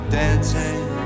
dancing